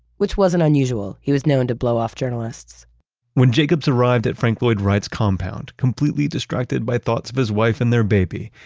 which wasn't unusual. he was known to blow off journalists when jacobs arrived at frank lloyd wright's compound, completely distracted by thoughts of his wife and their baby.